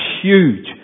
huge